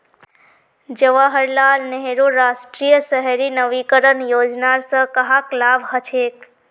जवाहर लाल नेहरूर राष्ट्रीय शहरी नवीकरण योजनार स कहाक लाभ हछेक